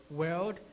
world